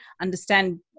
understand